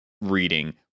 reading